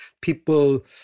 people